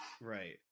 Right